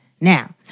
Now